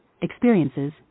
experiences